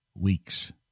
weeks